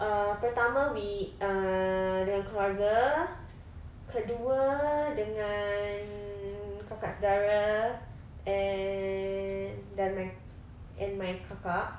uh pertama we uh dengan keluarga kedua dengan kakak sedara and dan my and my kakak